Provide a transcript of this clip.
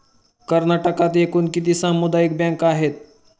कर्नाटकात एकूण किती सामुदायिक बँका आहेत?